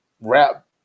rap